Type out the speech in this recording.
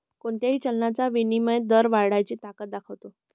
कोणत्याही चलनाचा विनिमय दर त्याची ताकद दाखवतो